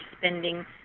spending